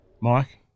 Mike